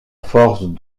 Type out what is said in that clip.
force